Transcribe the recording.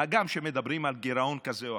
הגם שמדברים על גירעון כזה או אחר.